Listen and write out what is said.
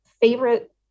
favorite